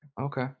okay